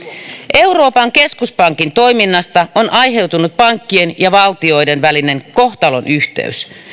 euroopan keskuspankin toiminnasta on aiheutunut pankkien ja valtioiden välinen kohtalonyhteys